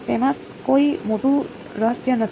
તેમાં કોઈ મોટું રહસ્ય નથી